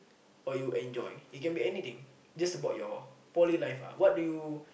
or you enjoy it can be anything just about your poly life ah what do you